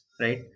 right